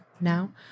now